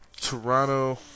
Toronto